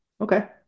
Okay